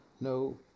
no